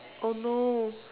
oh no